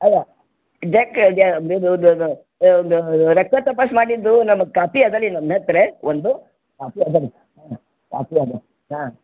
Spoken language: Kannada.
ಒಂದು ರಕ್ತ ತಪಾಸು ಮಾಡಿದ್ದು ನಮ್ಮದು ಕಾಪಿ ಅದ ರೀ ನನ್ನ ಹತ್ರೆ ಒಂದು ಕಾಪಿ ಅದ ರೀ ಹಾಂ ಕಾಪಿ ಅದ ಹಾಂ